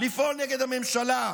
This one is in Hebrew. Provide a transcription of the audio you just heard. לפעול נגד הממשלה.